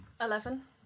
Eleven